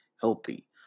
healthy